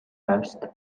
است